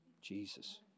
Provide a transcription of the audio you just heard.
Jesus